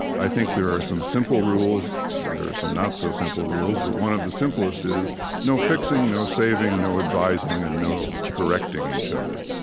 i think there are some simple rules, there are some not so simple rules, but one of the simplest is no fixing, no saving, no advising, and no correcting each other.